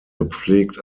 gepflegt